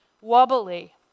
wobbly